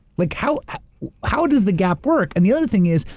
like how how does the gap work? and the other thing is,